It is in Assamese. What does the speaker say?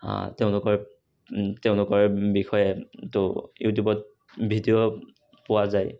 তেওঁলোকৰ তেওঁলোকৰ বিষয়ে ত' ইউটিউবত ভিডিঅ' পোৱা যায়